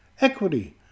Equity